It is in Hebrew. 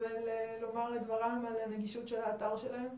ולומר את דברם על הנגישות של האתר שלהם?